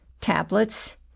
tablets